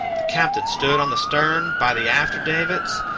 the captain stood on the stern, by the after-davits,